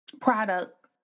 product